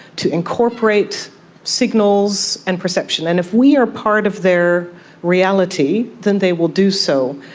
to incorporate signals and perception, and if we are part of their reality then they will do so.